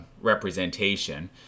representation